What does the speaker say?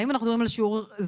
האם אנחנו מדברים על שיעור זניח?